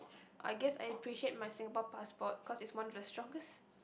I guess I appreciate my Singapore passport cause it's one of the strongest